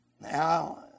Now